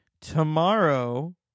Tomorrow